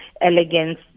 elegance